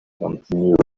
continued